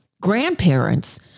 grandparents